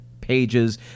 pages